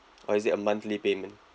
or is it a monthly payment